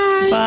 Bye